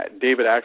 David